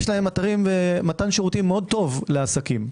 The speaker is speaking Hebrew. יש להם אתרים ומתן שירותים מאוד טוב לעסקים.